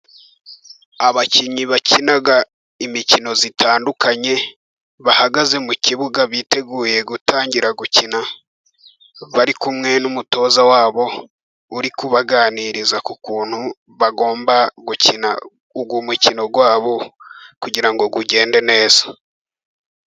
Abakinnyi bakina imikino itandukanye, bahagaze mu kibuga biteguye gutangira gukina. Bari kumwe n'umutoza wabo uri kubaganiriza, ku kuntu bagomba gukina uyu umukino wabo, kugirango ugende neza.